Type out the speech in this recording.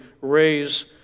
raise